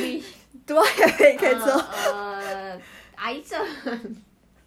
like 习惯 liao then suddenly 我一天不洗头 then 这样油 obviously 会头痛 lah